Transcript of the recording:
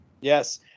Yes